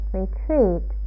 retreat